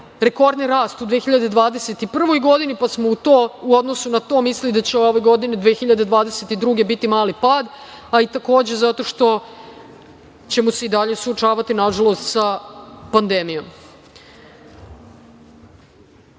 rekordni rast u 2021. godini, pa smo u odnosu na to u ovoj 2022. godini biti mali pad, ali, takođe zato što ćemo se i dalje suočavati, nažalost, sa pandemijom. Mi